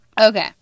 Okay